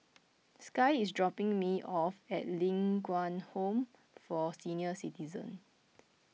Sky is dropping me off at Ling Kwang Home for Senior Citizens